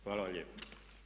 Hvala vam lijepo.